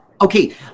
Okay